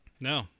no